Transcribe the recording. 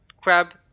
crab